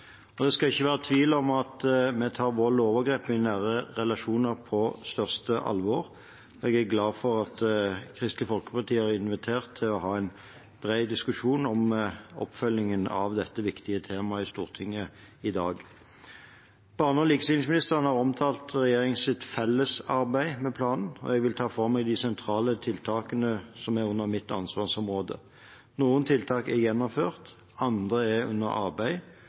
Det skal ikke være tvil om at vi tar vold og overgrep i nære relasjoner på største alvor, og jeg er glad for at Kristelig Folkeparti har invitert til en bred diskusjon om oppfølgingen av dette viktige temaet i Stortinget i dag. Barne- og likestillingsministeren har omtalt regjeringens felles arbeid med planen, og jeg vil ta for meg de sentrale tiltakene som ligger under mitt ansvarsområde. Noen tiltak er gjennomført, andre er under arbeid,